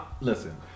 listen